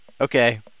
okay